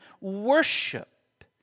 worship